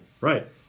right